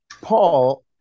Paul